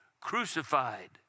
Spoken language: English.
crucified